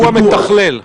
הוא המתכלל?